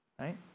Right